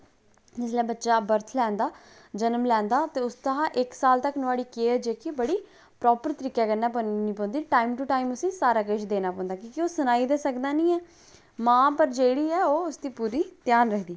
जिसलै बच्चा बर्थ लैंदा जन्म लैंदा ते उसदा इक साल तक नुआढ केयर जेह्की परापर तरीकै कन्नै करनी पौंदी टाईम टू टाईम उसी सारा किश देना पौंदा कि ओह् सनाई ते सकदा नी ऐ मां पर जेह्ड़ी ऐ ओह् उसदी पूता ध्यान रखदी